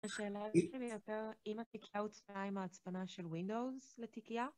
השאלה שלי יותר, אם התיקייה הוצפנה עם ההצפנה של windows לתיקייה?